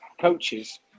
coaches